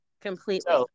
Completely